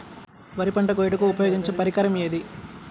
వరి పంట కోయుటకు ఉపయోగించే పరికరం ఏది?